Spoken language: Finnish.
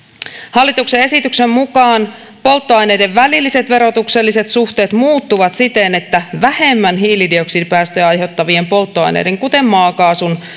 hallituksen esityksen mukaan polttoaineiden väliset verotukselliset suhteet muuttuvat siten että vähemmän hiilidioksidipäästöjä aiheuttavien polttoaineiden kuten maakaasun